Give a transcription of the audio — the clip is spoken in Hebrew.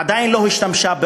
עדיין לא השתמשה.